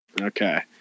Okay